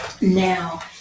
now